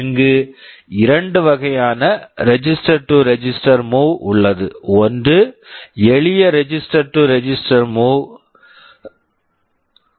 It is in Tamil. இங்கு இரண்டு வகையான register to register move register to register move உள்ளது ஒன்று எளிய register to register move register to register move